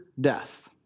death